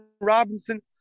Robinson